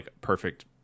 perfect